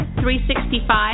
365